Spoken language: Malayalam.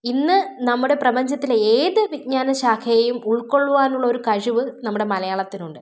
ഇന്ന് നമ്മുടെ പ്രപഞ്ചത്തിലെ ഏത് വിജ്ഞാന ശാഖയെയും ഉൾക്കൊള്ളുവാനുള്ള ഒരു കഴിവ് നമ്മുടെ മലയാളത്തിനുണ്ട്